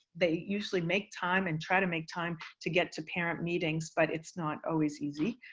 they usually make time and try to make time to get to parent meetings, but it's not always easy,